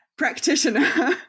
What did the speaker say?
practitioner